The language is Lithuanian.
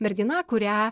mergina kurią